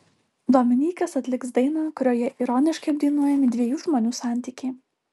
dominykas atliks dainą kurioje ironiškai apdainuojami dviejų žmonių santykiai